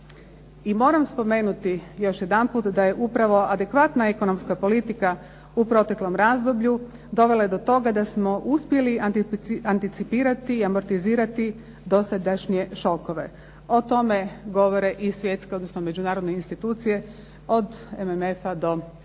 I moram spomenuti još jedan put da je upravo adekvatna ekonomska politika u proteklom razdoblju dovela do toga da smo uspjeli anticipirati i amortizirati dosadašnje šokove. O tome govore i svjetske odnosno međunarodne institucije od MMF-a do